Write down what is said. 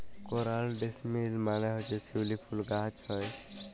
করাল জেসমিল মালে হছে শিউলি ফুল গাহাছে হ্যয়